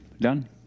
Done